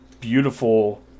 beautiful